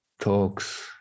talks